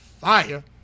fire